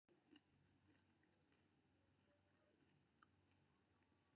ऋण भुगतान के स्थिति के मादे संबंधित बैंक के कस्टमर सेवा सं पता कैल जा सकैए